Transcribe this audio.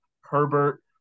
Herbert